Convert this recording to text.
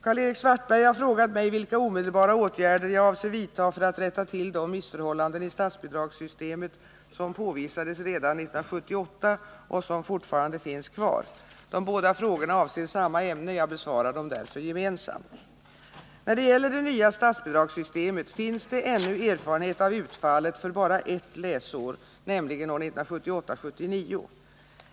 Karl-Erik Svartberg har frågat mig vilka omedelbara åtgärder jag avser vidta för att rätta till de missförhållanden i statsbidragssystemet som påvisades redan 1978 och som fortfarande finns kvar. De båda frågorna avser samma ämne. Jag besvarar dem därför gemensamt. När det gäller det nya statsbidragssystemet finns det ännu erfarenhet av utfallet för bara ett läsår, nämligen år 1978/79.